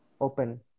open